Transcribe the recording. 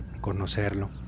conocerlo